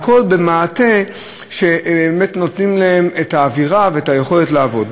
הכול במעטה ש-נותנים להן את האווירה ואת היכולת לעבוד.